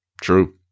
True